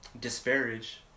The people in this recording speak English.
disparage